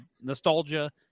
nostalgia